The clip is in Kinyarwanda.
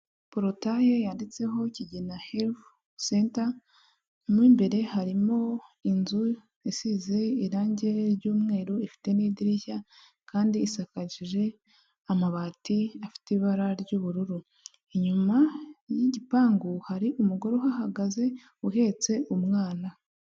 Porotaye yanditseho kigina health center, mo imbere harimo inzu isize irangi ry'umweru ifite n'idirishya, kandi isakaje amabati afite ibara ry'ubururu, inyuma y'igipangu hari umugore uhahagaze uhetse umwana.